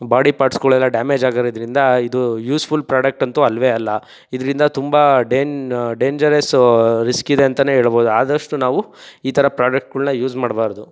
body ಪಾರ್ಟ್ಸ್ಗಳೆಲ್ಲ damage ಆಗಿರೋದ್ರಿಂದ ಇದು ಯೂಸ್ ಫುಲ್ ಪ್ರಾಡಕ್ಟ್ ಅಂತೂ ಅಲ್ವೇ ಅಲ್ಲ ಇದರಿಂದ ತುಂಬ ಡೇನ್ ಡೇಂಜರಸ್ ರಿಸ್ಕ್ ಇದೆ ಅಂತಲೇ ಹೇಳ್ಬೋದು ಆದಷ್ಟು ನಾವು ಈ ಥರ ಪ್ರಾಡಕ್ಟ್ಗಳ್ನ ಯೂಸ್ ಮಾಡಬಾರ್ದು